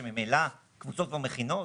שממילא קבוצות מכינות,